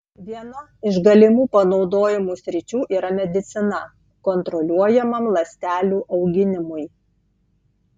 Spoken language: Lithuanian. viena iš galimų panaudojimo sričių yra medicina kontroliuojamam ląstelių auginimui